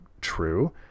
true